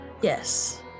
Yes